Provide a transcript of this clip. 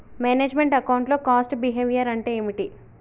Manage meant account లో cost behaviour అంటే ఏమిటి?